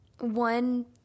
one